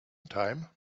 time